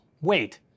Wait